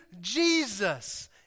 Jesus